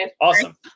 Awesome